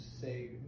say